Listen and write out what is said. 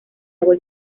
agua